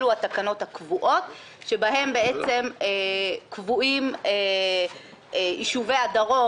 אלה התקנות הקבועות שבהן קבועים יישובי הדרום,